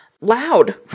loud